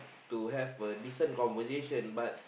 to have a decent conversation but